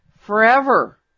forever